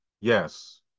yes